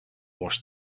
wash